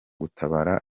gutabara